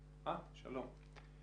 שלום.